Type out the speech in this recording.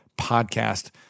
podcast